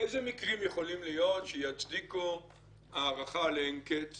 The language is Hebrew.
איזה מקרים יכולים להיות שיצדיקו הארכה לאין קץ